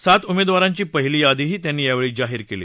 सात उमद्ववारांची पहिली यादीही त्यांनी यावर्छी जाहीर क्री